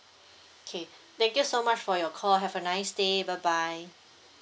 okay thank you so much for your call have a nice day bye bye